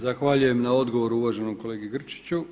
Zahvaljujem na odgovoru uvaženom kolegi Grčiću.